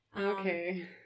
Okay